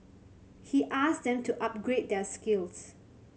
he asked them to upgrade their skills